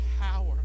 power